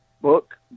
Book